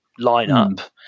lineup